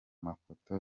mafoto